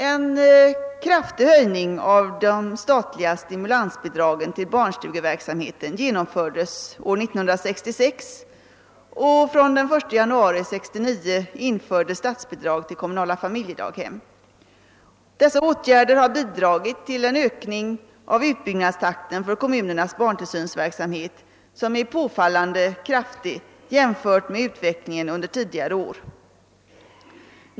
En kraftig höjning av de statliga stimulansbidragen till barnstugeverksamheten genomfördes år 1966 och från den 1 januari 1969 infördes statsbidrag till kommunala familjedaghem. Dessa åtgärder har bidragit till en påfallande kraftig ökning av utbyggnadstakten för kommunernas barntillsynsverksamhet jämfört med utvecklingen under tidigare år.